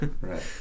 Right